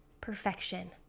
perfection